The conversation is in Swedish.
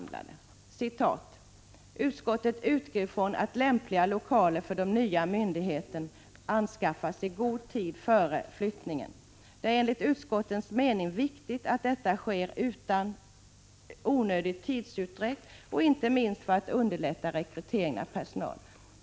Där anförs: ”Utskottet utgår ifrån att lämpliga lokaler för den nya myndigheten kan anskaffas i god tid före denna tidpunkt. Det är enligt utskottets mening viktigt att detta sker utan onödig tidsutdräkt, inte minst för att underlätta rekryteringen av personal till ÖCB.